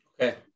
Okay